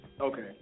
Okay